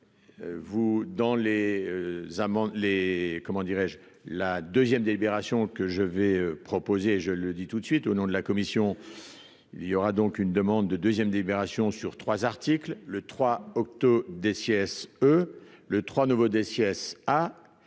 Vous dans les amendes, les, comment dirais-je, la 2ème délibération que je vais proposer, je le dis tout de suite au nom de la commission, il y aura donc une demande de 2ème délibération sur 3 articles, le 3 octobre des siestes eux le 3 nouveaux des